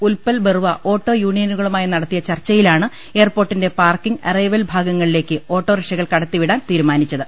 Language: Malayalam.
ഉത്പൽ ബറുവ ഓട്ടോയൂണിയനുകളുമായി നടത്തിയ ചർച്ചയിലാണ് എയർപോർ ട്ടിന്റെ പാർക്കിംഗ് അറൈവൽ ഭാഗങ്ങളിലേക്ക് ഓട്ടോറിക്ഷകൾ കടത്തിവിടാൻ തീരുമാനിച്ചത്